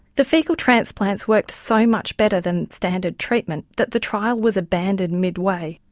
the faecal transplants worked so much better than standard treatment that the trial was abandoned mid-way,